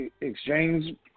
exchange